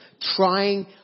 trying